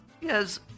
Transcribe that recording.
Yes